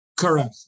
Correct